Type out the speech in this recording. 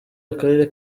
akarere